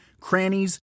crannies